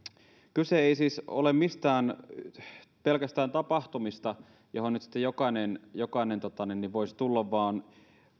kyse ei siis ole pelkästään mistään tapahtumista joihin nyt sitten jokainen jokainen voisi tulla vaan